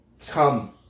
Come